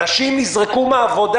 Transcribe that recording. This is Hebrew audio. אנשים נזרקו מהעבודה.